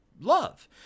love